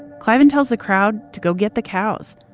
cliven tells the crowd to go get the cows.